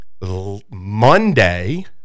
Monday